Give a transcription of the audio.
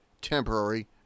temporary